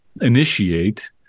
initiate